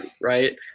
right